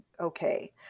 okay